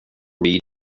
read